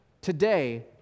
today